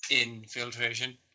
infiltration